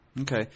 Okay